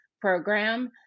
program